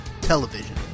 Television